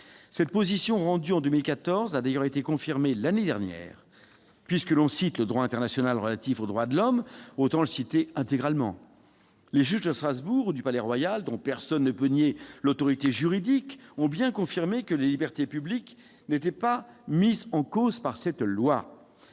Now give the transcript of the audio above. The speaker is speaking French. Cette position, rendue en 2014, a d'ailleurs été confirmée l'année dernière. Puisque l'on cite le droit international relatif aux droits de l'homme, autant le citer intégralement ! Les juges de Strasbourg ou du Palais-Royal, dont personne ne peut nier l'autorité juridique, ont bien confirmé que les libertés publiques n'étaient pas mises en cause par cette loi.